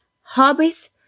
hobbies